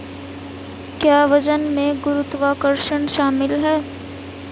क्या वजन में गुरुत्वाकर्षण शामिल है?